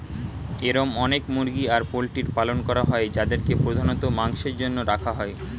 এরম অনেক মুরগি আর পোল্ট্রির পালন করা হয় যাদেরকে প্রধানত মাংসের জন্য রাখা হয়